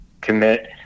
commit